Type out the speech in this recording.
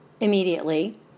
immediately